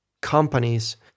companies